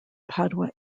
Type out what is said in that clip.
padua